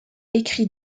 écrit